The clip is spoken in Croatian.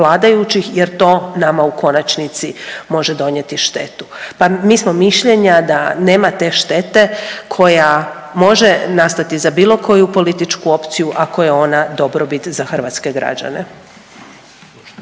vladajućih, jer to nama u konačnici može donijeti štetu, pa mi smo mišljenja da nema te štete koja može nastati za bilo koju političku opciju ako je ona dobrobit za hrvatske građane.